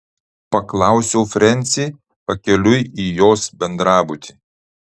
paklausiau frensį pakeliui į jos bendrabutį